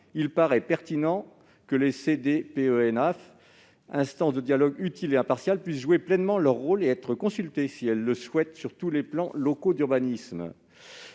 me paraît pertinent que les CDPENAF, instances de dialogue utiles et impartiales, puissent jouer pleinement leur rôle et être consultées, si elles le souhaitent, sur tous les plans locaux d'urbanisme.